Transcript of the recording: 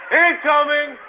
incoming